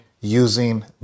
using